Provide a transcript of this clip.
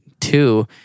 Two